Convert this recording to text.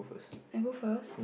I go first